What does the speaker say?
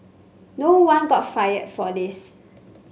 no one got fired for this